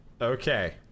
Okay